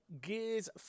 Gears